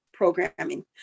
programming